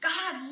God